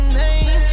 name